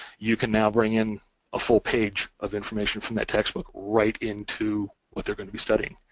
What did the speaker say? you can now bring in a full page of information from that textbook right into what they're going to be studying.